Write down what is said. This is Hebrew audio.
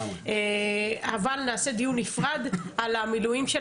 אבל נעשה דיון נפרד על המילואים של